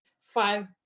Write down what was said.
five